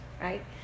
right